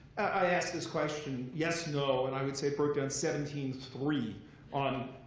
i asked this question, yes no and i would say it broke down seventeen three on,